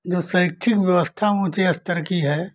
जो शैक्षिक व्यवस्था ऊँचे स्तर की है